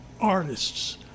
artists